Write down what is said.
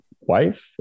wife